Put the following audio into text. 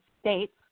States